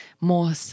more